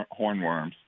hornworms